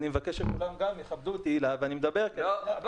דבר